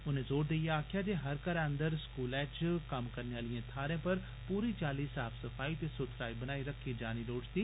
उनें जोर देइयै आक्खेआ जे हर घरै अंदर स्कूलै च कम्म करने आलिएं थाहरें पर पूरी चाल्ली साफ सफाई ते सुथराई बनाई रखी जानी लोड़चदी